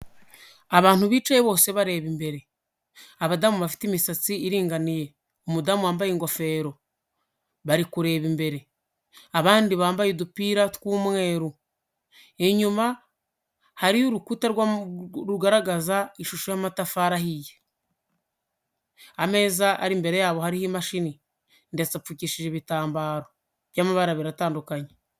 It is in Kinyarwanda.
Abantu bicaye bose bareba imbere, abadamu bafite imisatsi iringaniye, umudamu wambaye ingofero, bari kureba imbere, abandi bambaye udupira tw'umweru, inyuma hariyo urukuta rugaragaza ishusho y'amatafari ahiye, ameza ari imbere yabo hariho mashini ndetse apfukishije ibitambaro by'amabara abiri atandukanye.